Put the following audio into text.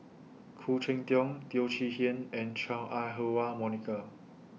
Khoo Cheng Tiong Teo Chee Hean and Chua Ah Huwa Monica